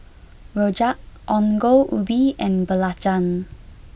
Rojak Ongol Ubi and Belacan